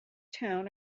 town